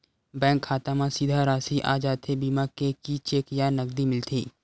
Bank खाता मा सीधा राशि आ जाथे बीमा के कि चेक या नकदी मिलथे?